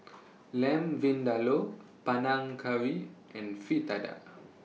Lamb Vindaloo Panang Curry and Fritada